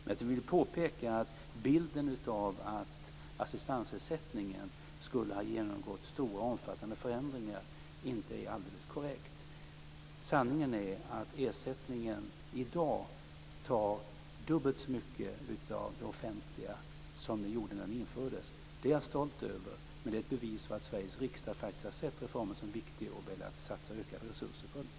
Jag vill påpeka att bilden av att assistansersättningen skulle ha genomgått stora och omfattande förändringar inte är alldeles korrekt. Sanningen är att ersättningen i dag tar dubbelt så mycket av det offentliga som den gjorde när den infördes. Det är jag stolt över. Det är ett bevis för att Sveriges riksdag faktiskt har sett reformen som viktig, och har velat satsa ökade resurser på den.